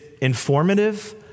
informative